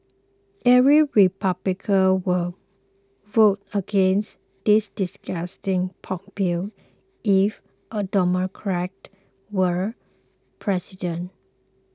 every Republican would vote against this disgusting pork bill if a Democrat were president